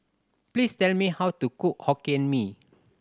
please tell me how to cook Hokkien Mee